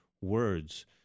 words